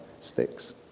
sticks